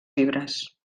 fibres